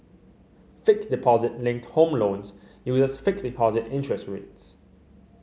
fixed deposit linked home loans uses fixed deposit interest rates